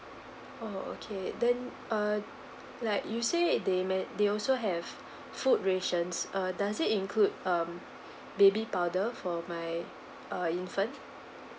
oh okay then uh like you say they may they also have food rations err does it include um baby powder for my uh infant